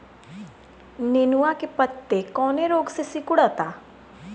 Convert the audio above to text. नेनुआ के पत्ते कौने रोग से सिकुड़ता?